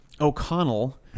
O'Connell